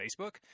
Facebook